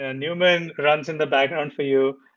ah newman runs in the background for you,